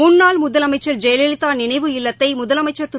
முன்னாள் முதலமைச்சர் ஜெயலலிதா நினைவு இல்லத்தை முதலமைச்சர் திரு